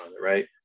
right